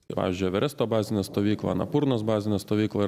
pavyzdžiui everesto bazinė stovykla anapurnos bazinė stovykla